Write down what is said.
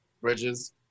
bridges